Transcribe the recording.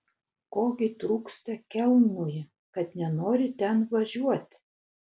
ko gi trūksta kelnui kad nenori ten važiuot